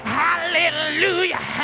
hallelujah